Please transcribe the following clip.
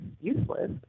useless